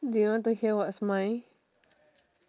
do you want to hear what's mine